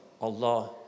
Allah